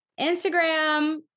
Instagram